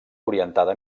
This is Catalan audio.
orientada